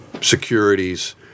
securities